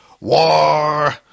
War